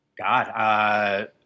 God